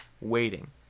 waiting